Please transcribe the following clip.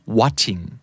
watching